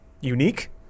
unique